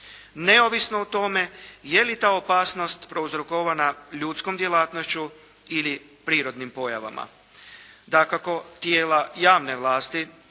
neovisno o tome je li ta opasnost prouzrokovana ljudskom djelatnošću ili prirodnim pojavama. Dakako, tijela javne vlasti